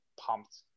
pumped